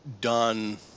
done